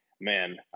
man